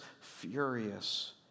furious